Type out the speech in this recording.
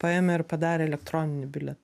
paėmė ir padarė elektroninį bilietą